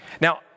Now